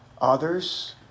others